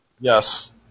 Yes